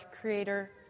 Creator